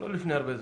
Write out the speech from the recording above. לא לפני הרבה זמן,